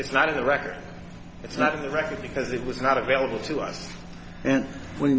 it's not in the record it's not in the record because it was not available to us and we